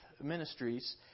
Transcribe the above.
ministries